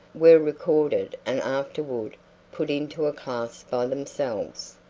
were recorded and afterward put into a class by themselves.